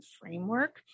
framework